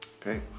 Okay